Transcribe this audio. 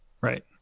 Right